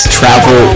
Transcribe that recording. travel